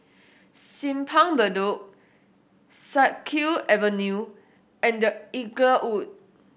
Simpang Bedok Siak Kew Avenue and The Inglewood